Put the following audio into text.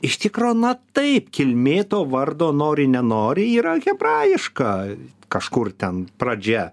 iš tikro na taip kilmė to vardo nori nenori yra hebrajiška kažkur ten pradžia